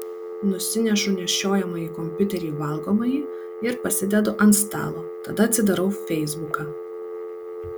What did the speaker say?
nusinešu nešiojamąjį kompiuterį į valgomąjį ir pasidedu ant stalo tada atsidarau feisbuką